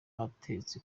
atetse